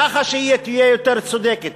ככה שהיא תהיה יותר צודקת.